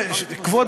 כבוד